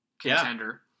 contender